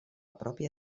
pròpia